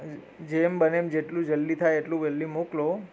જેમ બને એમ જેટલું જલ્દી થાય એટલું વહેલી મોકલો